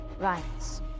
rights